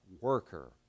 worker